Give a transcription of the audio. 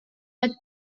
are